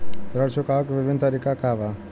ऋण चुकावे के विभिन्न तरीका का बा?